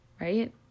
Right